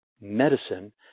Medicine